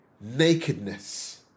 Nakedness